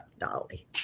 Dolly